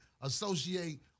associate